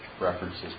references